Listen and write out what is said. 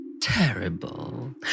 terrible